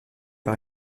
par